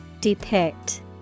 Depict